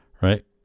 right